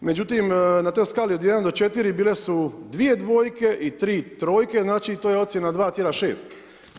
Međutim, na toj skali od 1 do 4 bile su dvije dvojke i tri trojke, znači to je ocjena 2,6.